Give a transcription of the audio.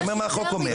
אני אומר מה קובע החוק.